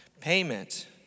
payment